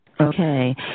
okay